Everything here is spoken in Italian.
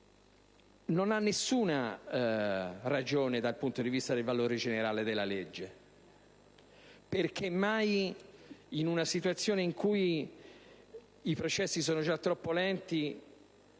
non hanno nessuna ragione dal punto di vista del valore generale della legge: perché mai, in una situazione in cui i processi sono già troppo lenti,